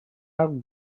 arc